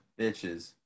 bitches